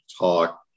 talk